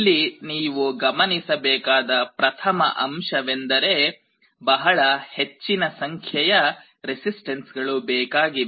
ಇಲ್ಲಿ ನೀವು ಗಮನಿಸಬೇಕಾದ ಪ್ರಥಮ ಅಂಶವೆಂದರೆ ಬಹಳ ಹೆಚ್ಚಿನ ಸಂಖ್ಯೆಯ ರೆಸಿಸ್ಟನ್ಸ್ಗಳು ಬೇಕಾಗಿವೆ